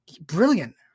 brilliant